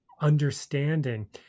understanding